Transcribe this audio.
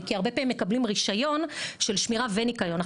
כי הרבה פעמים החברות עצמן מקבלות רישיון של שמירה וניקיון,